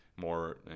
more